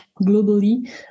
globally